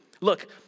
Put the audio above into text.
Look